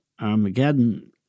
Armageddon